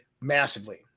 massively